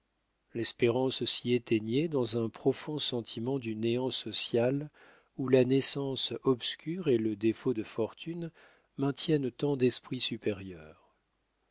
l'espérance s'y éteignait dans un profond sentiment du néant social où la naissance obscure et le défaut de fortune maintiennent tant d'esprits supérieurs